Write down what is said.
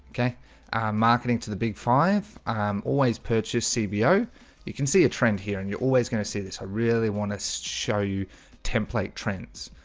okay marketing to the big five. i always purchase cbo you can see a trend here and you're always going to see this i really want to so show you template trends.